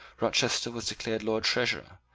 rochester was declared lord treasurer,